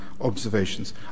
observations